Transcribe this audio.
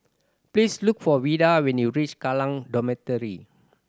please look for Vida when you reach Kallang Dormitory